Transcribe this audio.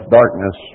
darkness